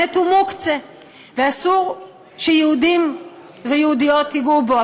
המת הוא מוקצה ואסור שיהודים ויהודיות ייגעו בו.